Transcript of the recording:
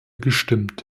gestimmt